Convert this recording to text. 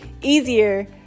easier